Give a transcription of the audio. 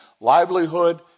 livelihood